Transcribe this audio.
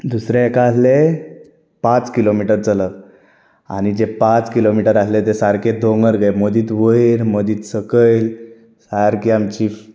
दुसऱ्या हाका आहले पांच किलोमिटर चलप आनी जे पांच किलोमिटर आसले ते सारके दोंगर कहे मदींत वयर मदींत सकयल सारकी आमची